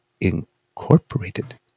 Incorporated